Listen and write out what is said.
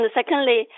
secondly